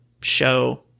show